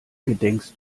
gedenkst